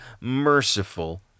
merciful